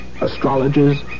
astrologers